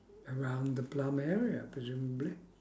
around the plum area presumably